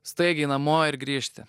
staigiai namo ir grįžti